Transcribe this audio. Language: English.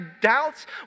doubts